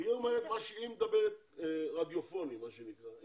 היא אומרת, מה שהיא מדברת רדיופוני, מה שנקרא.